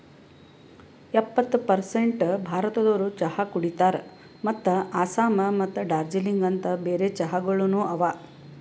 ಎಪ್ಪತ್ತು ಪರ್ಸೇಂಟ್ ಭಾರತದೋರು ಚಹಾ ಕುಡಿತಾರ್ ಮತ್ತ ಆಸ್ಸಾಂ ಮತ್ತ ದಾರ್ಜಿಲಿಂಗ ಅಂತ್ ಬೇರೆ ಚಹಾಗೊಳನು ಅವಾ